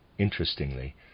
Interestingly